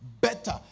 Better